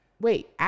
Wait